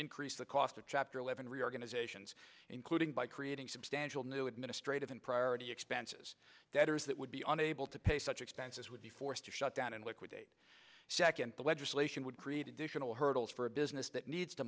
increase the cost of chapter eleven reorganization including by creating substantial new administrative and priority expenses debtors that would be unable to pay such expenses would be forced to shut down and liquidate second the legislation would create additional hurdles for a business that needs to